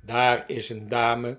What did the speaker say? daar is een dame